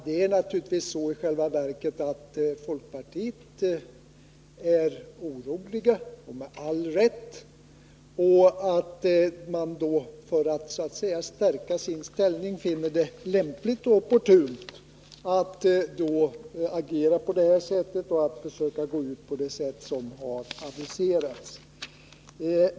Det är naturligtvis i själva verket så att man i folkpartiet är orolig — med all rätt — och att man för att stärka sin ställning finner det lämpligt och opportunt att agera på detta sätt och försöka gå ut så som har aviserats.